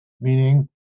meaning